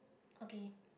okay